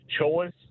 choice